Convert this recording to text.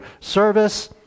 service